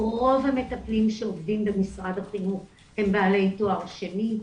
רוב המטפלים שעובדים במשרד החינוך הם בעלי תואר שני,